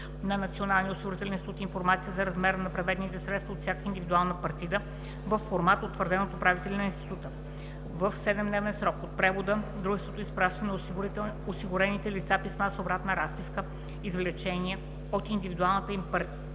на Националния осигурителен институт информация за размера на преведените средства от всяка индивидуална партида във формат, утвърден от управителя на института. В 7-дневен срок от превода дружеството изпраща на осигурените лица с писма с обратна разписка извлечения от индивидуалните им партиди